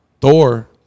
Thor